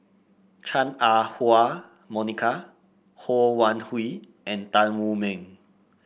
Chua Ah Huwa Monica Ho Wan Hui and Tan Wu Meng